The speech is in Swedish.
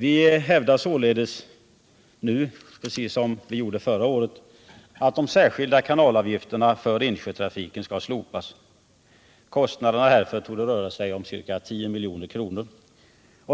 Vi hävdar således nu, precis som vi gjorde förra året, att de särskilda kanalavgifterna för insjötrafiken skall slopas. Kostnaden härför torde röra sig om ca 10 milj.kr.